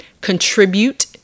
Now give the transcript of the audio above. contribute